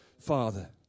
Father